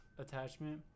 attachment